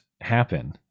happen